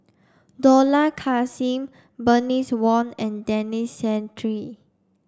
Dollah Kassim Bernice Wong and Denis Santry